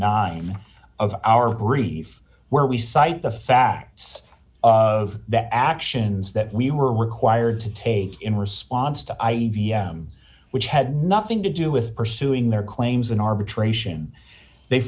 nine of our brief where we cite the facts of the actions that we were required to take in response to i e v m which had nothing to do with pursuing their claims in arbitration they